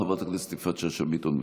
חברת הכנסת יפעת שאשא ביטון,